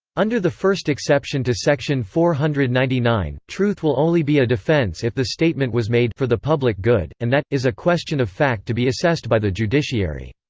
under the first exception to section four hundred and ninety nine, truth will only be a defence if the statement was made for the public good and that, is a question of fact to be assessed by the judiciary.